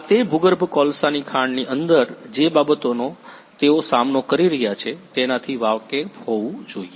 આ તે ભૂગર્ભ કોલસાની ખાણની અંદર જે બાબતોનો તેઓ સામનો કરી રહ્યા છે તેનાથી વાકેફ હોવું જોઈએ